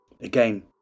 Again